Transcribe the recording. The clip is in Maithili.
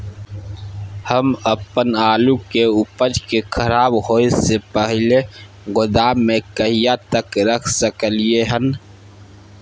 हम अपन आलू के उपज के खराब होय से पहिले गोदाम में कहिया तक रख सकलियै हन?